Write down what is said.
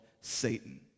Satan